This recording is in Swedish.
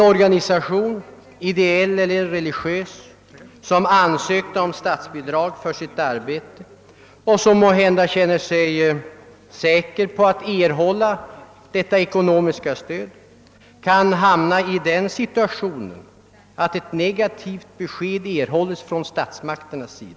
En ideell eller religiös organisation som ansökt om statsbidrag för sitt arbete och kanske känner sig säker på att få ekonomiskt stöd kan råka i den situationen att få ett negativt besked från statsmakterna.